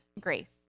grace